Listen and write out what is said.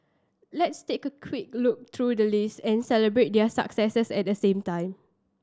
let's take a quick look through the list and celebrate their successes at the same time